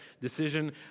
decision